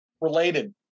related